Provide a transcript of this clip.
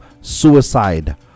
suicide